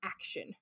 action